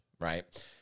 right